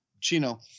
Chino